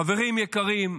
חברים יקרים,